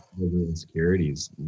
Insecurities